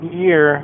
year